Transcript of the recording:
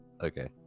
Okay